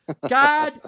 God